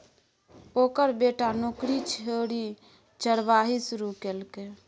ओकर बेटा नौकरी छोड़ि चरवाही शुरू केलकै